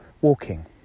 walking